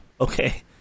okay